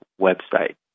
website